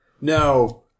no